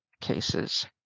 cases